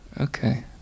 Okay